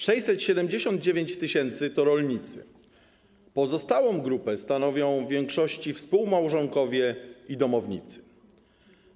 679 tys. to rolnicy, pozostałą grupę stanowią w większości współmałżonkowie i domownicy.